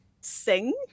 sing